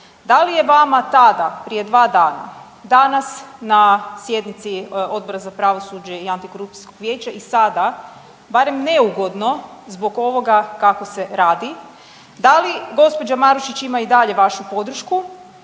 Da li je vama tada prije dva dana danas na sjednici Odbora za pravosuđe i Antikorupcijskog vijeća i sada barem neugodno zbog ovoga kako se radi? Da li gospođa Marušić ima i dalje vašu podršku,